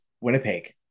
Winnipeg